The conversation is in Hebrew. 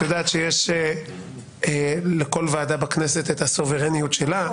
את יודעת שיש לכל ועדה בכנסת את הסוברניות שלה,